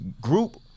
group